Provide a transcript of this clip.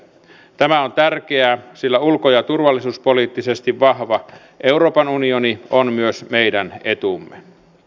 tämä on tärkeää sillä ulko ja turvallisuuspoliittisesti vahva euroopan unioni on myös meidän etumme